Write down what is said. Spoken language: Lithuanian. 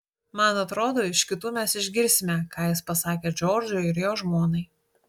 man atrodo iš kitų mes išgirsime ką jis pasakė džordžui ir jo žmonai